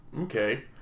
okay